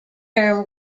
term